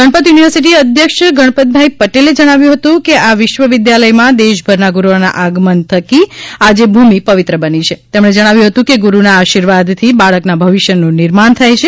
Ganpat university અધ્યક્ષ ગણપતભાઈ પટેલે જણાવ્યું હતું આ વિદ્યાલયમાં દેશભરના ગુરૂઓના આગમન થકી આજે ભૂમિ પવિત્ર બની છે કે તેમણે જણાવ્યું હતું કે ગુરૂના આશિર્વાદથી બાળકના ભવિષ્યનું નિર્માણ થાય છે